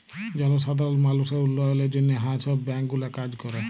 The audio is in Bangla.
জলসাধারল মালুসের উল্ল্যয়লের জ্যনহে হাঁ ছব ব্যাংক গুলা কাজ ক্যরে